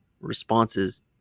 responses